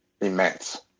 immense